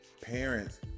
parents